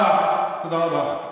תתבייש לך.